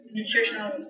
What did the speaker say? nutritional